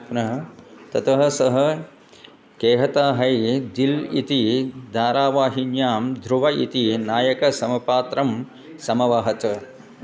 पुनः ततः सः केहता है दिल् इति धारावाहिन्यां धृव इति नायकसमपात्रं समवहत्